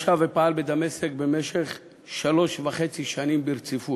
ישב ופעל בדמשק במשך שלוש שנים וחצי ברציפות.